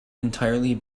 entirely